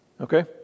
Okay